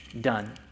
done